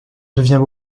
devient